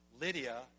Lydia